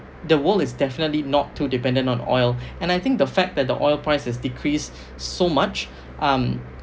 the world is definitely not too dependent on oil and I think the fact that the oil price has decreased so much um